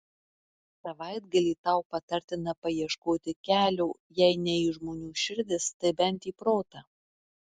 savaitgalį tau patartina paieškoti kelio jei ne į žmonių širdis tai bent į protą